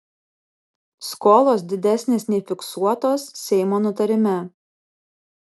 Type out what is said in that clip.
skolos didesnės nei fiksuotos seimo nutarime